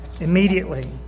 immediately